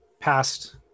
past